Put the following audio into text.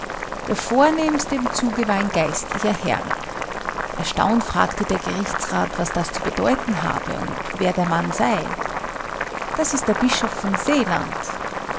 der vornehmste im zuge war ein geistlicher herr erstaunt fragte der gerichtsrat was das zu bedeuten habe und wer der mann sei das ist der bischof von seeland